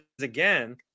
again